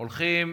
הולכים,